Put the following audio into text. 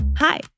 Hi